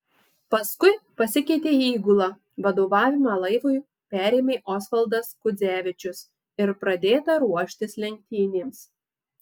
paskui pasikeitė įgula vadovavimą laivui perėmė osvaldas kudzevičius ir pradėta ruoštis lenktynėms